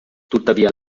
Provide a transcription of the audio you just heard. tuttavia